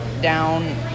down